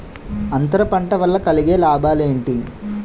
అంతర పంట వల్ల కలిగే లాభాలు ఏంటి